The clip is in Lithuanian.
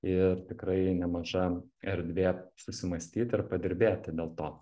ir tikrai nemaža erdvė susimąstyt ir padirbėti dėl to